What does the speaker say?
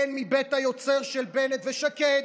כן, מבית היוצר של בנט ושקד,